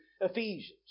Ephesians